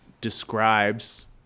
describes